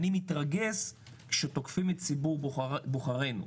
אני מתרגז כשתוקפים את ציבור בוחרינו,